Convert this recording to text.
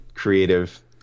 creative